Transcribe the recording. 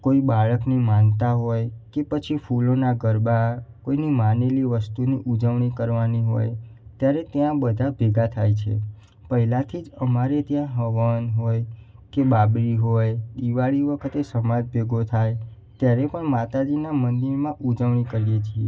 કોઈ બાળકની માનતા હોય કે પછી ફૂલોના ગરબા કોઈની માનેલી વસ્તુની ઉજવણી કરવાની હોય ત્યારે ત્યાં બધા ભેગા થાય છે પહેલાથી જ અમારે ત્યાં હવન હોય કે બાબરી હોય દિવાળી વખતે સમાજ ભેગો થાય ત્યારે પણ માતાજીના મંદિરમાં ઉજવણી કરીએ છે